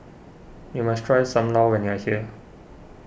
you must try Sam Lau when you are here